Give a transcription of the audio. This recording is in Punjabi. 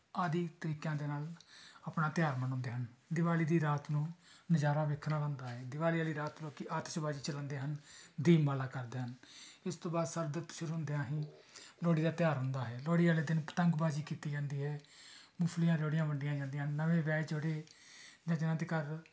ਆਦਿ ਤਰੀਕਿਆਂ ਦੇ ਨਾਲ ਆਪਣਾ ਤਿਉਹਾਰ ਮਨਾਉਂਦੇ ਹਨ ਦੀਵਾਲੀ ਦੀ ਰਾਤ ਨੂੰ ਨਜ਼ਾਰਾ ਵੇਖਣਾ ਬਣਦਾ ਹੈ ਦੀਵਾਲੀ ਵਾਲੀ ਰਾਤ ਲੋਕ ਆਤਿਸ਼ਬਾਜ਼ੀ ਚਲਾਉਂਦੇ ਹਨ ਦੀਪਮਾਲਾ ਕਰਦੇ ਹਨ ਇਸ ਤੋਂ ਬਾਅਦ ਸਰਦ ਰੁੱਤ ਸ਼ੁਰੂ ਹੁੰਦਿਆਂ ਹੀ ਲੋਹੜੀ ਦਾ ਤਿਉਹਾਰ ਹੁੰਦਾ ਹੈ ਲੋਹੜੀ ਵਾਲੇ ਦਿਨ ਪਤੰਗਬਾਜ਼ੀ ਕੀਤੀ ਜਾਂਦੀ ਹੈ ਮੂੰਗਫਲੀਆਂ ਰਿਉੜੀਆਂ ਵੰਡੀਆਂ ਜਾਂਦੀਆਂ ਹਨ ਨਵੇਂ ਵਿਆਹੇ ਜੋੜੇ ਜਾਂ ਜਿਨ੍ਹਾਂ ਦੇ ਘਰ